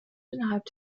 innerhalb